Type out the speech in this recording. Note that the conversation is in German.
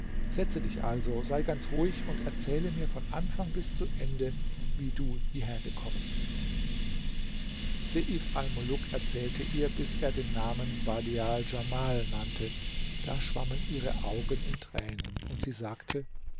setze dich also sei ganz ruhig und erzähle mir vom anfang bis zu ende wie du hierher gekommen seif almuluk erzählte ihr bis er den namen badial djamal nannte da schwammen ihre augen in tränen und sie sagte